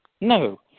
No